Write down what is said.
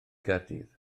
gaerdydd